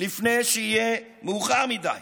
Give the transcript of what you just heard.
לפני שיהיה מאוחר מדי,